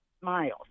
miles